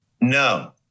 No